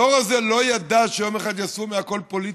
הדור הזה לא ידע שיום אחד יעשו מהכול פוליטיקה.